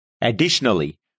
Additionally